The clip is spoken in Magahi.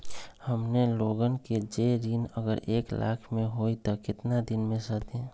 हमन लोगन के जे ऋन अगर एक लाख के होई त केतना दिन मे सधी?